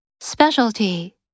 Specialty